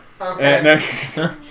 Okay